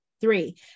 Three